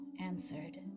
answered